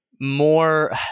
more